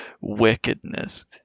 wickedness